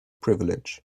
privilege